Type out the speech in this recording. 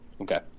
Okay